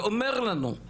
ואומר לנו,